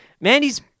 Mandy's